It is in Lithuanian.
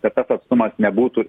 kad tas atstumas nebūtų